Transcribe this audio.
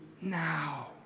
now